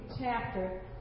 chapter